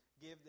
give